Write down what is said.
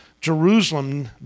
Jerusalem